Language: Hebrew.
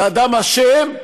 שאדם אשם,